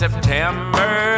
September